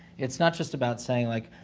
it's not just about saying, like,